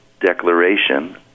declaration